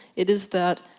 it is that,